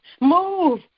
Move